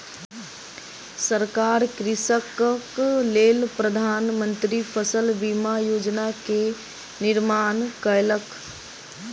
सरकार कृषकक लेल प्रधान मंत्री फसल बीमा योजना के निर्माण कयलक